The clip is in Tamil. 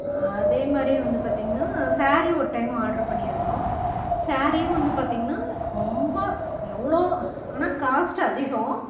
அதே மாதிரி வந்து பார்த்தீங்கன்னா சேரீ ஒரு டைம் ஆட்ரு பண்ணியிருந்தோம் சேரீயும் வந்து பார்த்தீங்கன்னா ரொம்ப எவ்வளோ ஆனால் காஸ்ட்டு அதிகம்